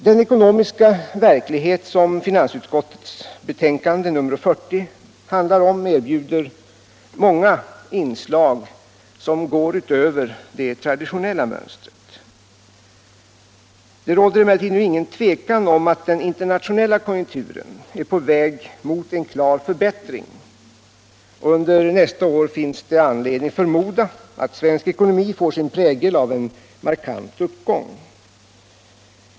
Den ekonomiska verklighet som finansutskottets betänkande nr 40 handlar om erbjuder många inslag som går utöver det traditionella mönstret. Det råder emellertid nu inget tvivel om att den internationella konjunkturen är på väg mot en klar förbättring. Under nästa år finns det anledning förmoda att svensk ekonomi får sin prägel av en markant uppgång.